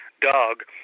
dog